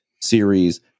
series